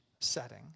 setting